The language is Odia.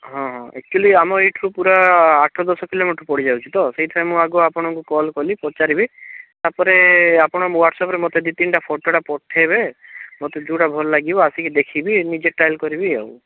ହଁ ହଁ ଆକ୍ଚୁଆଲି ଆମ ଏଇଠାରୁ ପୁରା ଆଠ ଦଶ କିଲୋମିଟର୍ ପଡ଼ିଯାଉଛି ତ ସେଇଥିପାଇଁ ମୁଁ ଆଗ ଆପଣଙ୍କୁ କଲ୍ କଲି ପଚାରିବି ତାପରେ ଆପଣ ମୋ ହ୍ୱାଟ୍ସଆପ୍ରେ ମତେ ଦୁଇ ତିନିଟା ଫଟୋଟା ପଠାଇବେ ମୋତେ ଯେଉଁଟା ଭଲ ଲାଗିବ ଆସିକି ଦେଖିବି ନିଜେ ଟ୍ରାଏଲ କରିବି ଆଉ